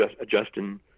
adjusting